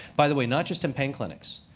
by the way, not just in pain clinics.